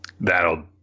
That'll